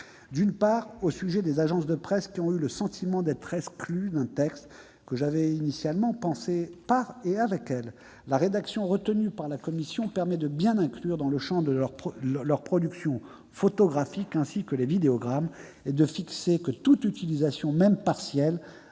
D'abord, les agences de presse ont eu le sentiment d'être exclues d'un texte que j'avais initialement pensé par et avec elles. La rédaction retenue par la commission permet de bien inclure dans le champ leurs productions photographiques ainsi que les vidéogrammes, et d'établir que toute utilisation, même partielle,